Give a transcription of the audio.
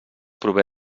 prové